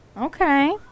Okay